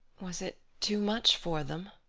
was it too much for them?